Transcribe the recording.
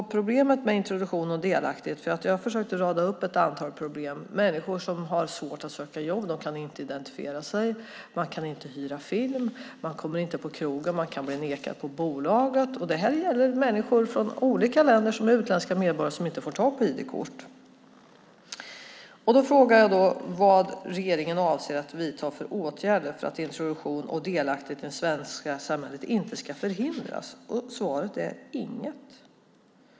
Problemet med introduktion och delaktighet är, och jag har försökt rada upp ett antal problem, att människor har svårt att söka jobb då de inte kan identifiera sig, kan inte hyra film, kommer inte in på krogen, kan bli nekade att handla på Systembolaget. Det här gäller utländska medborgare från olika länder som inte får tag i ID-kort. Då frågar jag vad regeringen avser att vidta för åtgärder för att introduktion och delaktighet i det svenska samhället inte ska förhindras, och svaret är: Inget.